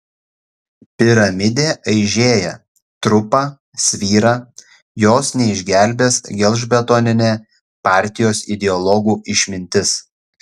piramidė aižėja trupa svyra jos neišgelbės gelžbetoninė partijos ideologų išmintis